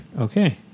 okay